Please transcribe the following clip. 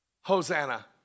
Hosanna